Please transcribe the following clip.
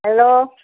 hello